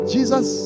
Jesus